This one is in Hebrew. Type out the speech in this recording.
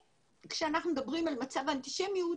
וכשאנחנו מדברים על מצב האנטישמיות